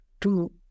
two